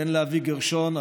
בן לאבי גרשון,